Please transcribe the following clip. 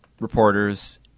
reporters